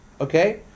okay